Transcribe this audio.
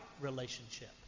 relationship